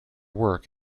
work